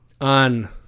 on